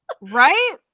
Right